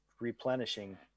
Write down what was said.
replenishing